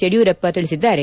ಯಡಿಯೂರಪ್ಪ ತಿಳಿಸಿದ್ದಾರೆ